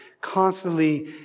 constantly